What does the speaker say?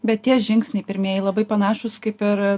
bet tie žingsniai pirmieji labai panašūs kaip ir